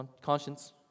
conscience